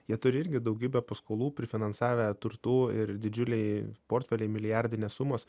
jie turi irgi daugybę paskolų prifinansavę turtų ir didžiuliai portfeliai milijardinės sumos